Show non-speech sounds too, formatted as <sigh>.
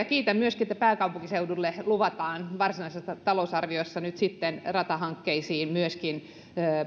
<unintelligible> kiitän myöskin että pääkaupunkiseudulle luvataan varsinaisessa talousarviossa ratahankkeisiin